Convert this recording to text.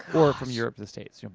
or from europe to the states. you know